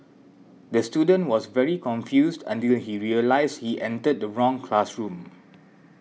the student was very confused until he realised he entered the wrong classroom